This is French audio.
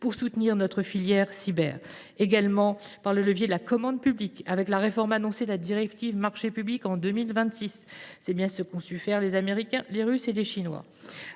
pour soutenir notre filière cyber, notamment par le levier de la commande publique avec la réforme annoncée de la directive sur les marchés publics en 2026. C’est bien ce qu’ont su faire les Américains, les Russes et les Chinois.